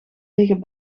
liggen